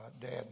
dad